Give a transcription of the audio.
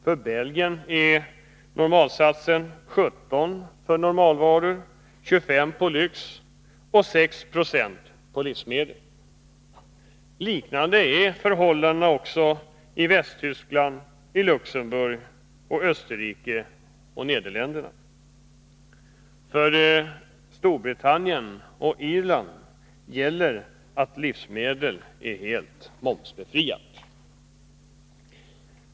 För Belgien är skattesatsen 17 26 för normalvaror, 25 90 på lyxvaror och 6 90 på livsmedel. Liknande förhållanden råder i Västtyskland, Luxemburg, Österrike och Nederländerna. För Storbritannien och Irland gäller att livsmedel är helt momsbefriade.